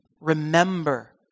Remember